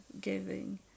giving